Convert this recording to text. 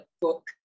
book